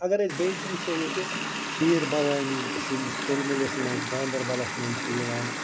اگر أسۍ بیٚیہِ تہِ وٕچھو ییٚتہِ کھیٖر بھوانی تہِ چھُ یُس تُلمُلِس منٛز گانٛدربلس منٛز چھِ یِوان